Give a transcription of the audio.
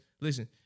Listen